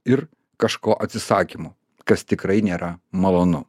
ir kažko atsisakymu kas tikrai nėra malonu